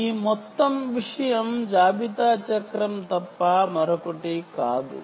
ఈ మొత్తం విషయం ఇన్వెంటరీ సైకిల్ తప్ప మరొకటి కాదు